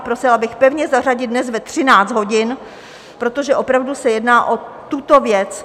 Prosila bych pevně zařadit dnes ve 13 hodin, protože se opravdu jedná o tuto věc.